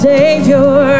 Savior